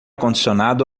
condicionado